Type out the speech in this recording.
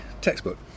textbook